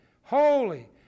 holy